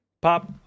pop